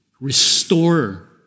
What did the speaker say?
Restorer